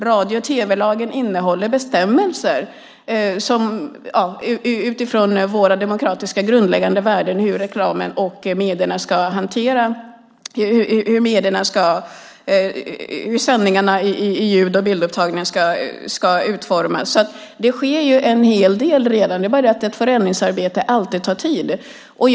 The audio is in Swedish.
Radio och tv-lagen innehåller bestämmelser utifrån våra grundläggande demokratiska värden om hur reklamen och medierna ska hantera och utforma ljud och bildupptagningar i sändningarna. Det sker en hel del redan. Men ett förändringsarbete tar alltid tid.